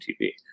TV